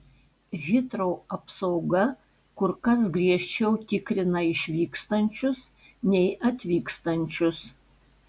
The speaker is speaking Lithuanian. hitrou apsauga kur kas griežčiau tikrina išvykstančius nei atvykstančius